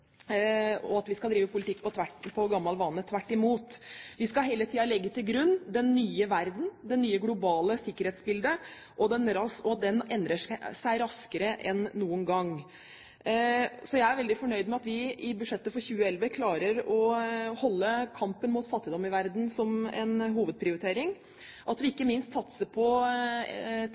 og at vi skal drive politikk av gammel vane. Tvert imot, vi skal hele tiden legge til grunn den nye verden og det nye globale sikkerhetsbildet, og dette endrer seg raskere enn noen gang. Så jeg er veldig fornøyd med at vi i budsjettet for 2011 klarer å holde kampen mot fattigdom i verden som en hovedprioritering, og at vi ikke minst satser på